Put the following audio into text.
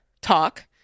talk